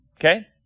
Okay